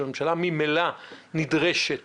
הממשלה ממילא נדרשת